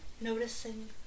noticing